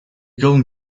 going